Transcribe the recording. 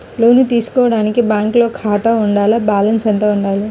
లోను తీసుకోవడానికి బ్యాంకులో ఖాతా ఉండాల? బాలన్స్ ఎంత వుండాలి?